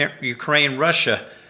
Ukraine-Russia